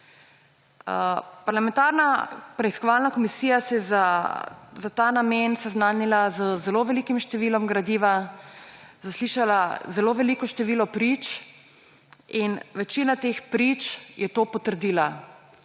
Parlamentarna preiskovalna komisija se je za ta namen seznanila z zelo velikim številom gradiva, zaslišala zelo veliko število prič in večina teh prič je to potrdila.